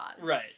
Right